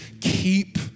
Keep